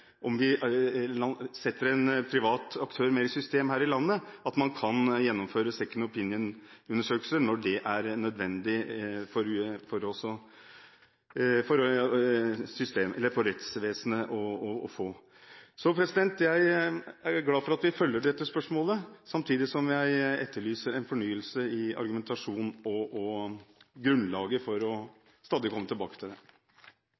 en privat aktør i systemet her i landet. Man kan gjennomføre «second opinion»-undersøkelser når det er nødvendig for rettsvesenet. Jeg er glad for at vi følger opp dette spørsmålet. Samtidig etterlyser jeg en fornyelse i argumentasjon og grunnlaget for stadig å komme tilbake til det.